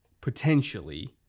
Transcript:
potentially